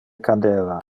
cadeva